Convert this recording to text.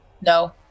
No